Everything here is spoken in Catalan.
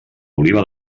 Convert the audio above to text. oliva